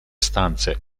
stanze